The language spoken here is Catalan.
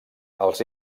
els